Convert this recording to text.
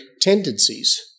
tendencies